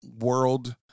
world